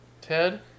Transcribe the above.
Ted